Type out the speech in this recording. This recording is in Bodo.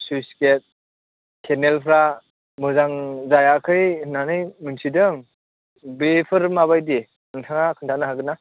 सुइस गेट केनेलफ्रा मोजां जायाखै होन्नानै मोन्थिदों बेफोर माबायदि नोंथाङा खोन्थानो हागोन्ना